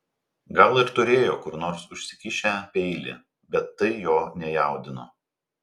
gal ir turėjo kur nors užsikišę peilį bet tai jo nejaudino